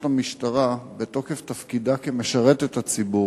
את המשטרה בתוקף תפקידה כמשרתת הציבור.